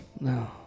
No